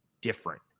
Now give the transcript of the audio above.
different